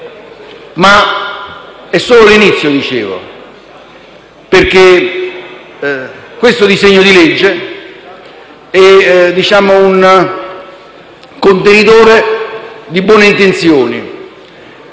ma è solo l'inizio. Questo disegno di legge è un contenitore di buone intenzioni;